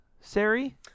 Sari